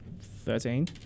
Thirteen